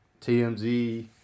TMZ